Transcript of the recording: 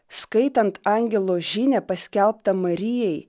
skaitant angelo žinią paskelbtą marijai